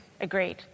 Agreed